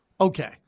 Okay